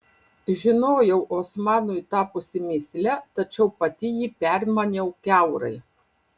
žinojau osmanui tapusi mįsle tačiau pati jį permaniau kiaurai